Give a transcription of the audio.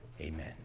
amen